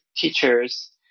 teachers